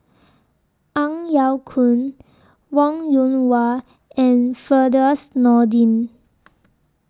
Ang Yau Choon Wong Yoon Wah and Firdaus Nordin